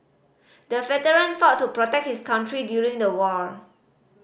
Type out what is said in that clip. the veteran fought to protect his country during the war